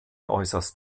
äußerst